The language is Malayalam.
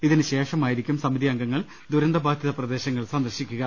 ഇതിനുശേഷമായിരിക്കും സമിതി അംഗങ്ങൾ ദുരന്തബാധിത പ്രദേശ ങ്ങൾ സന്ദർശിക്കുക